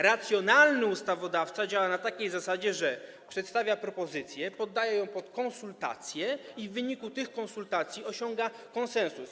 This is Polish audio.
Racjonalny ustawodawca działa na takiej zasadzie, że przedstawia propozycję, poddaje ją pod konsultacje i w wyniku tych konsultacji osiąga konsensus.